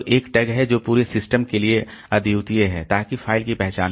तो एक टैग है जो पूरे सिस्टम के लिए अद्वितीय है ताकि फ़ाइल की पहचान हो